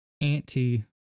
anti